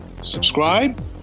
subscribe